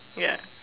ya